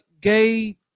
gay